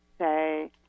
say